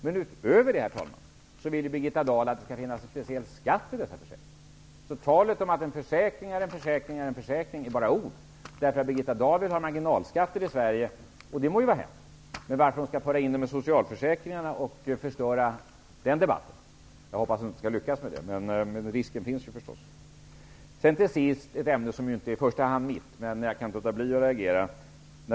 Men utöver det, herr talman, vill Birgitta Dahl att det skall finnas en speciell skatt i dessa försäkringar. Talet om att en försäkring är en försäkring är en försäkring är bara ord. Birgitta Dahl vill ha marginalskatter i Sverige, och det må vara hänt. Men varför skall hon föra in dem i socialförsäkringarna och förstöra den debatten? Jag hoppas att hon inte skall lyckas med det, men risken finns. Till sist ett ämne som inte är i första hand mitt, men jag kan inte låta bli att reagera.